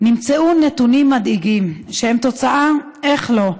נמצאו נתונים מדאיגים שהם תוצאה, איך לא,